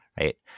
right